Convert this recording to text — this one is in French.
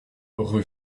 rue